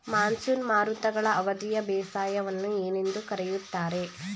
Monsoon ಮಾರುತಗಳ ಅವಧಿಯ ಬೇಸಾಯವನ್ನು ಏನೆಂದು ಕರೆಯುತ್ತಾರೆ?